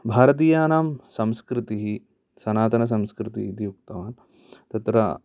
भारतीयानां संस्कृतिः सनातनसंस्कृतिः इति उक्तवान् तत्र